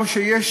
או שיש